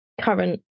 current